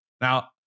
Now